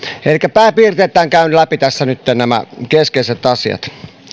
pääpiirteittäin käyn läpi tässä nyt nämä keskeiset asiat